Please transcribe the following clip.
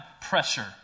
pressure